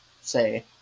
say